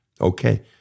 okay